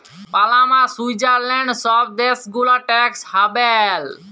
Panama, Switzerland ছব দ্যাশ গুলা ট্যাক্স হ্যাভেল